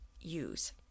use